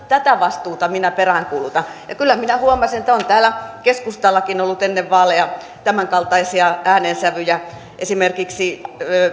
tätä vastuuta minä peräänkuulutan ja kyllä minä huomasin että on täällä keskustallakin ollut ennen vaaleja tämänkaltaisia äänensävyjä esimerkiksi